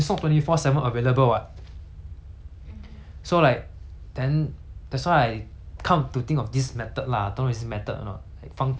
so like then that's why I come to think of this method lah don't know is it method or not like 方法让我 like twenty four seven motivated lor